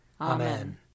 Amen